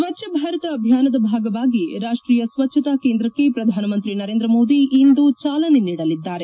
ಸ್ವಚ್ದ ಭಾರತ ಅಭಿಯಾನದ ಭಾಗವಾಗಿ ರಾಷ್ಟೀಯ ಸ್ವಚ್ದತಾ ಕೇಂದ್ರಕ್ಕೆ ಪ್ರಧಾನ ಮಂತ್ರಿ ನರೇಂದ್ರ ಮೋದಿ ಇಂದು ಚಾಲನೆ ನೀಡಲಿದ್ದಾರೆ